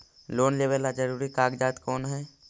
Loan लेब ला जरूरी कागजात कोन है?